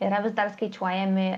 yra vis dar skaičiuojami